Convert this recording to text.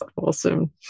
awesome